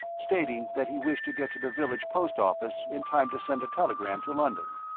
stating that he wished to get to the village post-office in time to send a telegram to london.